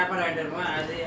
பாத்திங்கலா:paathingalaa